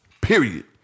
period